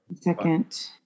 Second